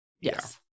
Yes